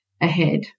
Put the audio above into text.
ahead